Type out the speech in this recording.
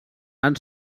han